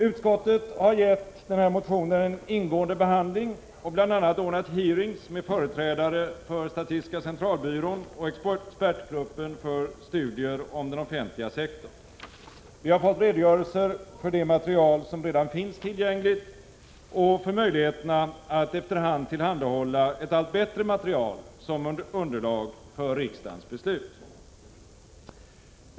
Utskottet har gett motionen en ingående behandling och bl.a. ordnat hearings med företrädare för statistiska centralbyrån och expertgruppen för — Prot. 1986/87:36 | studier i offentlig ekonomi. Vi har fått redogörelser för det material som 26 november 1986 redan finns tillgängligt och för möjligheterna att efter hand tillhandahålla ett J.dooa oroa allt bättre material som underlag för riksdagens beslut.